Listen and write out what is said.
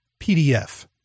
PDF